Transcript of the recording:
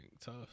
tough